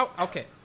Okay